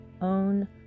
own